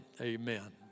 amen